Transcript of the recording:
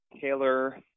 Taylor